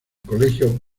colegio